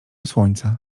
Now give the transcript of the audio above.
słońca